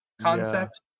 concept